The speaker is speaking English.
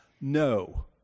No